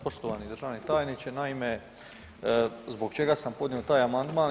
Poštovani državni tajniče, naime zbog čega sam podnio taj amandmana?